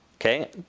Okay